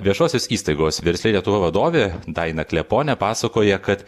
viešosios įstaigos versli lietuva vadovė daina kleponė pasakoja kad